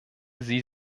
sie